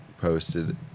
posted